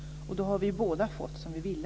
Då har vi båda fått som vi ville.